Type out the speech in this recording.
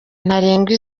ntarengwa